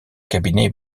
cabinet